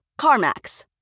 CarMax